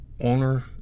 owner